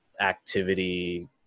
activity